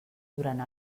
durant